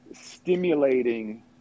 stimulating